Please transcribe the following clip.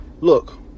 look